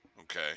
Okay